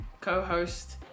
co-host